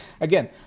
Again